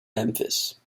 memphis